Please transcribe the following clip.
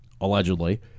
allegedly